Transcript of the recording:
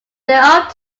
what